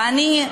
ואני,